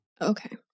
Okay